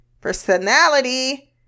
personality